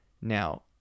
Now